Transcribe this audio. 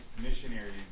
missionaries